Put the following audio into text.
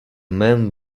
man